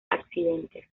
accidentes